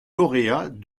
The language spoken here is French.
lauréats